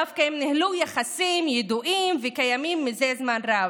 דווקא היה ניהול ניהל יחסים ידועים וקיימים זה זמן רב,